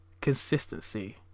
consistency